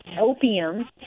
opium